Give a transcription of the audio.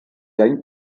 any